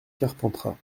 carpentras